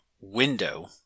window